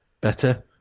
better